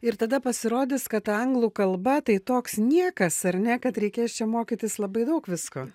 ir tada pasirodys kad ta anglų kalba tai toks niekas ar ne kad reikės čia mokytis labai daug visko